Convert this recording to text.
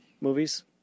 movies